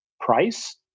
price